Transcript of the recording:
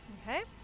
Okay